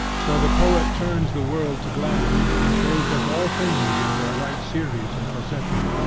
so the poet turns the world to glass, and shows us all things in their right series and procession.